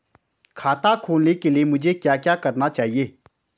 खाता खोलने के लिए मुझे क्या क्या चाहिए?